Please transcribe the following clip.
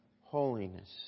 Holiness